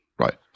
Right